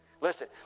Listen